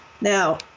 Now